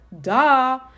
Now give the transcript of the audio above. Duh